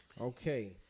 Okay